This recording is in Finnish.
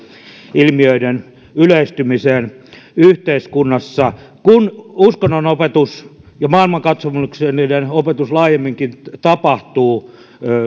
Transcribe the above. ilmiöiden yleistymiseen yhteiskunnassa kun uskonnonopetus ja maailmankatsomuksellinen opetus laajemminkin tapahtuu